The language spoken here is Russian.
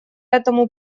этому